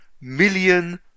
million